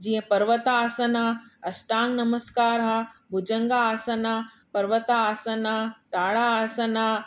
जीअं पर्वतासन आहे अष्टांग नमस्कार आहे भुजंग आसन आहे पर्वतासन आहे ताड़ासन आहे